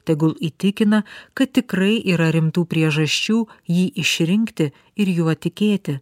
tegul įtikina kad tikrai yra rimtų priežasčių jį išrinkti ir juo tikėti